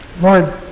Lord